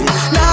Now